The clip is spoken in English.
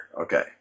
okay